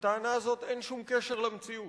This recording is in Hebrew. לטענה הזאת אין שום קשר למציאות.